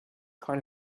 kind